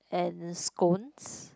and scones